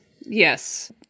Yes